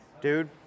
dude